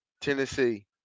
Tennessee